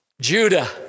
Judah